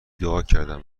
دعاکردن